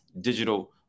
digital